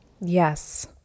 Yes